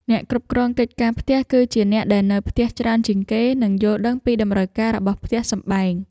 អ្នកគ្រប់គ្រងកិច្ចការផ្ទះ គឺជាអ្នកដែលនៅផ្ទះច្រើនជាងគេ និងយល់ដឹងពីតម្រូវការរបស់ផ្ទះសម្បែង។